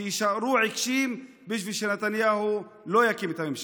שיישארו עיקשים בשביל שנתניהו לא יקים את הממשלה.